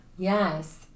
Yes